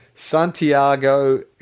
Santiago